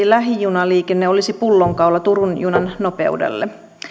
lähijunaliikenne olisi pullonkaula turun junan nopeudelle